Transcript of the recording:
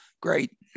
great